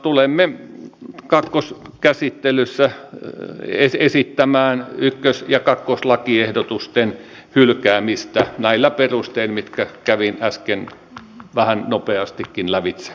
tulemme kakkoskäsittelyssä esittämään ykkös ja kakkoslakiehdotusten hylkäämistä näillä perusteilla mitkä kävin äsken vähän nopeastikin lävitse